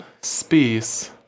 space